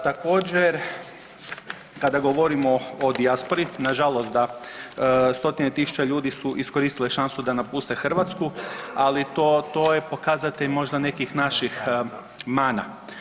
Također kada govorimo o dijaspori, nažalost da, stotine tisuća ljudi su iskoristile šansu da napuste Hrvatsku, ali to, to je pokazatelj možda nekih naših mana.